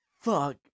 fuck